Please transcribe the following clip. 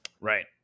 Right